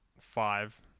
five